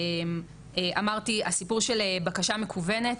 ואמרתי, הסיפור של בקשה מקוונת,